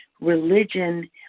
religion